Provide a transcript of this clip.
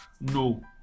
No